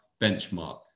benchmark